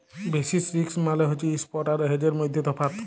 basis risk মালে হছে spot আর হেজের মইধ্যে তফাৎ